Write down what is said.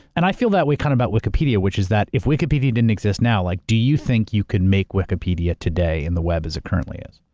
and i feel that way kind of about wikipedia, which is that if wikipedia didn't exist now, like do you think you can make wikipedia today in the web as it currently is?